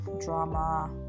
drama